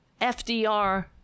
FDR